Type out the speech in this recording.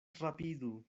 rapidu